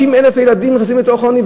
50,000 ילדים נכנסים לעוני,